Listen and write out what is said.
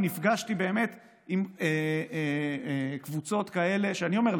אני נפגשתי עם קבוצות כאלה שאני אומר לך,